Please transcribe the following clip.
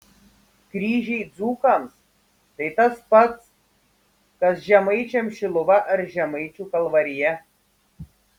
kryžiai dzūkams tai tas pats kas žemaičiams šiluva ar žemaičių kalvarija